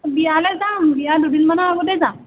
বিয়ালে যাম বিয়াৰ দুদিনমানৰ আগতেই যাম